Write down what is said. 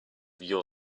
your